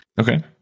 Okay